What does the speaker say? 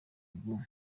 ubu